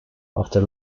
after